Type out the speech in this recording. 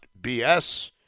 BS